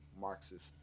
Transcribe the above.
Marxist